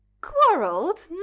Quarrelled